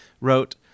wrote